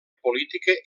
política